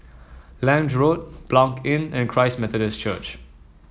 Lange Road Blanc Inn and Christ Methodist Church